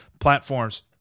platforms